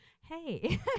Hey